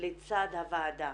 לצד הוועדה